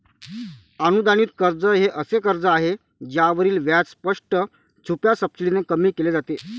अनुदानित कर्ज हे असे कर्ज आहे ज्यावरील व्याज स्पष्ट, छुप्या सबसिडीने कमी केले जाते